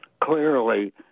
Clearly